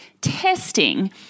testing